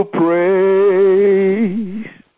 praise